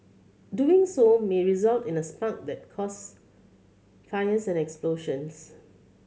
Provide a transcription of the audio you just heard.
doing so may result in a spark that causes fires and explosions